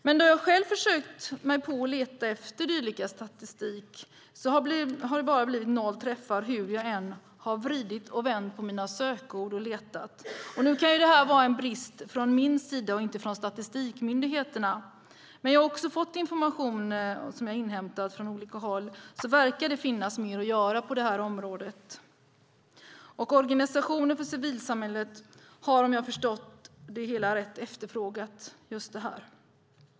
Men då jag själv har försökt mig på att leta efter dylik statistik har det blivit noll träffar hur jag än har vridit och vänt på mina sökord och letat. Nu kan det vara en brist från min sida och inte från statistikmyndigheterna. Men jag har också inhämtat information från fler håll, och det verkar finnas mer att göra på det här området. Organisationer för civilsamhället har, om jag förstått det hela rätt, efterfrågat just detta.